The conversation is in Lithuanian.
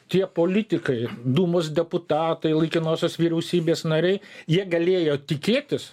tie politikai dūmos deputatai laikinosios vyriausybės nariai jie galėjo tikėtis